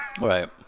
Right